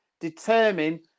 determine